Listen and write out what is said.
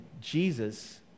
Jesus